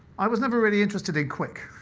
i was never really interested in quick.